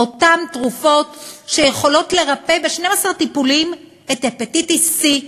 אותן תרופות שיכולות לרפא ב-12 טיפולים את הפטיטיס C,